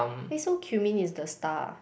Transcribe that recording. wait so cumin is the star ah